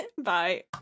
Bye